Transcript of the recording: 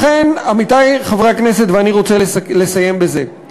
לכן, עמיתי חברי הכנסת, ואני רוצה לסיים בזה,